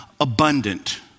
abundant